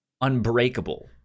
Unbreakable